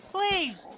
Please